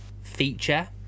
feature